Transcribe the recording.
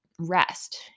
Rest